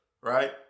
right